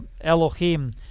Elohim